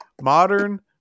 Modern